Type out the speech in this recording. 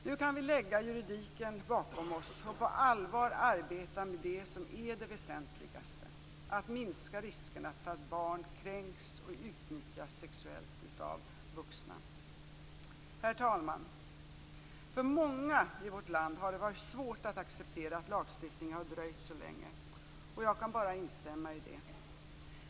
Nu kan vi lägga juridiken bakom oss och på allvar arbeta med det som är det väsentligaste, nämligen att minska riskerna för att barn kränks och utnyttjas sexuellt av vuxna. Herr talman! För många i vårt land har det varit svårt att acceptera att lagstiftningen har dröjt så länge. Jag kan bara instämma i det.